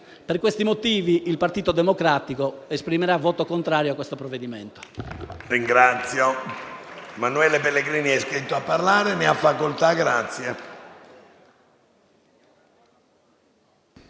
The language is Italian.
Per questi motivi il Partito Democratico esprimerà voto contrario al provvedimento